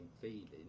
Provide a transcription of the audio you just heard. feeling